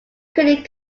created